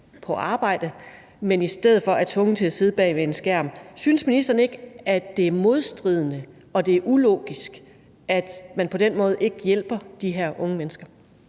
på arbejde, men at de i stedet for er tvunget til at sidde bag en skærm. Synes ministeren ikke, at det er modstridende og det er ulogisk, at man på den måde ikke hjælper de her unge mennesker?